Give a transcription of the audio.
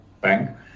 bank